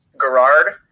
Gerard